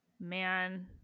man